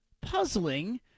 puzzling